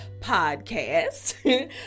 podcast